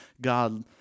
God